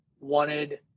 wanted